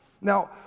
Now